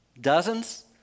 Dozens